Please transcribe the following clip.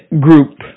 group